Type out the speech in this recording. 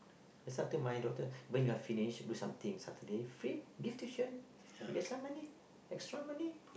as I thought my daughter when you're finish do something Saturday free give tuition you get some money extra money